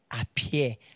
appear